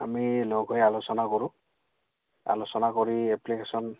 আমি লগ হৈ আলোচনা কৰোঁ আলোচনা কৰি এপ্লিকেশ্যন